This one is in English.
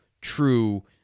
true